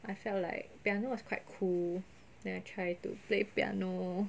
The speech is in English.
I felt like piano was quite cool then I try to play piano